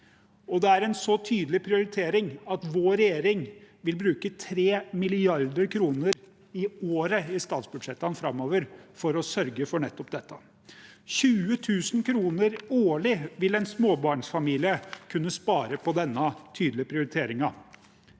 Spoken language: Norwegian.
det er en så tydelig prioritering at vår regjering vil bruke 3 mrd. kr i året i statsbudsjettene framover for å sørge for nettopp dette. 20 000 kr årlig vil en småbarnsfamilie kunne spare på denne tydelige prioriteringen.